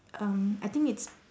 um I think it's